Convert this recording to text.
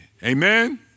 Amen